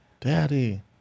Daddy